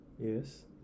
Yes